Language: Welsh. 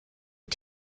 wyt